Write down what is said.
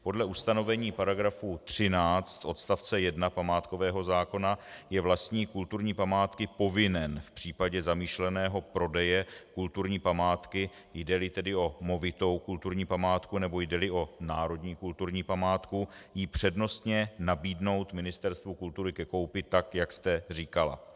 Podle ustanovení § 13 odst. 1 památkového zákona je vlastník kulturní památky povinen v případě zamýšleného prodeje kulturní památky, jdeli tedy o movitou kulturní památku nebo jdeli o národní kulturní památku, ji přednostně nabídnout Ministerstvu kultury ke koupi tak, jak jste říkala.